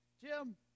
Jim